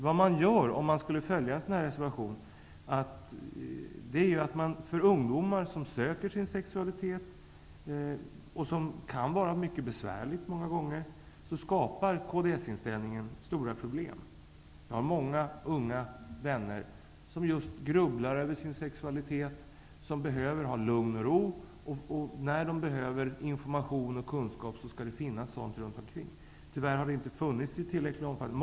Vad man gör om man följer en sådan här reservervation, är ju att man för ungdomar som söker sin sexualitet -- vilket många gånger kan vara mycket besvärligt -- med sin inställning skapar stora problem. Jag har många unga vänner som just grubblar över sin sexualitet och som behöver ha lugn och ro. När de behöver information och kunskap skall information finnas runt omkring dem. Tyvärr har det inte funnits information i tillräcklig omfattning.